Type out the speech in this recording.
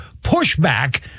pushback